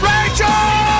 Rachel